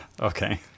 Okay